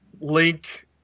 Link